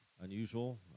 Unusual